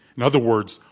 in other words,